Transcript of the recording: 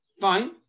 Fine